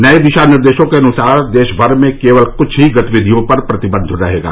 नये दिशा निर्देशों के अनुसार देशभर में केवल कुछ ही गतिविधियों पर प्रतिबंध रहेगा